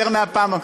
יותר מהפעם,